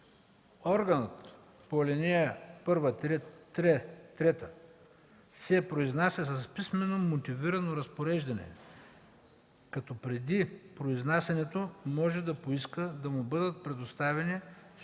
Органът по ал.1-3 се произнася с писмено мотивирано разпореждане, като преди произнасянето може да поиска да му бъдат предоставени